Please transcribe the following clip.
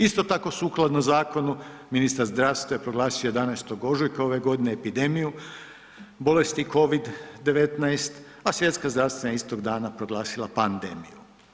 Isto tako, sukladno zakonu, ministar zdravstva je proglasio 11. ožujka ove godine epidemiju bolesti COVID-19, a svjetska zdravstvena istog dana proglasila pandemiju.